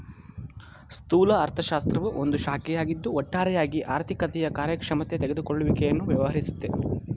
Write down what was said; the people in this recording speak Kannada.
ಸ್ಥೂಲ ಅರ್ಥಶಾಸ್ತ್ರವು ಒಂದು ಶಾಖೆಯಾಗಿದ್ದು ಒಟ್ಟಾರೆಯಾಗಿ ಆರ್ಥಿಕತೆಯ ಕಾರ್ಯಕ್ಷಮತೆ ತೆಗೆದುಕೊಳ್ಳುವಿಕೆಯನ್ನು ವ್ಯವಹರಿಸುತ್ತೆ